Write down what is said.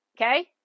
okay